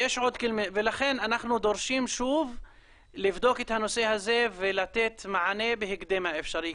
ולכן אנחנו דורשים שוב לבדוק את הנושא הזה ולתת מענה בהקדם האפשרי.